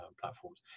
platforms